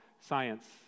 science